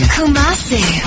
Kumasi